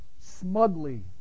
smugly